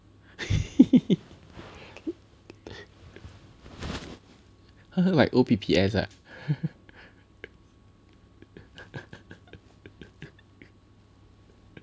!huh! like O P P S ah